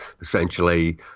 essentially